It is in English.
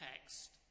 text